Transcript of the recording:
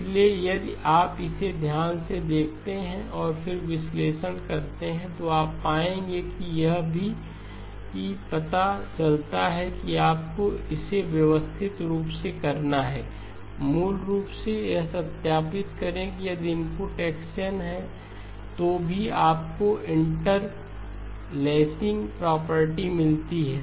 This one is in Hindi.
इसलिए यदि आप इसे ध्यान से देखते हैं और फिर विश्लेषण करते हैं तो आप पाएंगे कि यह भी पता चलता है कि आपको इसे व्यवस्थित रूप से करना है मूल रूप से यह सत्यापित करें कि यदि यह इनपुट x n है तो भी आपको इंटरलेसिंग प्रॉपर्टी मिलती है